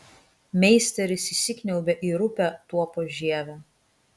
meisteris įsikniaubia į rupią tuopos žievę